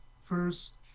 first